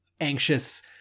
anxious